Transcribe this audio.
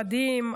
המדהים,